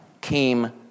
came